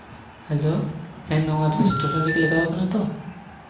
hello ᱦᱮᱸ ᱱᱚᱣᱟ restaurant ᱨᱮᱞᱮ ᱞᱟᱜᱟᱣ ᱠᱟᱱᱟ ᱛᱚ